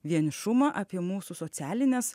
vienišumą apie mūsų socialines